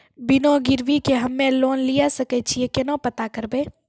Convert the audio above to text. बिना गिरवी के हम्मय लोन लिये सके छियै केना पता करबै?